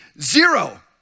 Zero